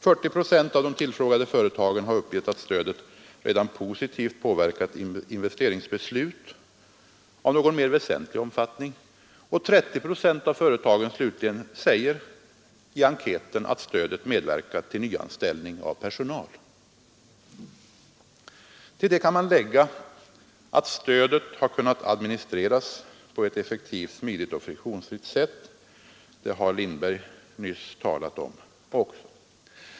40 procent av de tillfrågade företagen har uppgett att stödet redan positivt påverkat investeringsbeslut av någon mer väsentlig omfattning, och 30 procent av företagen säger slutligen i enkäten att stödet medverkat till nyanställning av personal. Till det kan man lägga att stödet har kunnat administreras på ett effektivt, smidigt och friktionsfritt sätt; det har herr Lindberg nyss talat om.